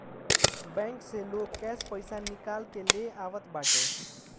bank से लोग cash पईसा निकाल के ले आवत बाटे